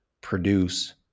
produce